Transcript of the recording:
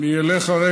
אני אענה לך,